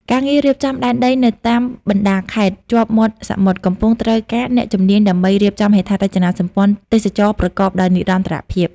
ការងាររៀបចំដែនដីនៅតាមបណ្ដាខេត្តជាប់មាត់សមុទ្រ កំពុងត្រូវការអ្នកជំនាញដើម្បីរៀបចំហេដ្ឋារចនាសម្ព័ន្ធទេសចរណ៍ប្រកបដោយនិរន្តរភាព។